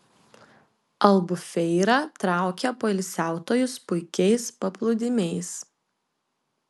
albufeira traukia poilsiautojus puikiais paplūdimiais